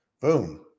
boom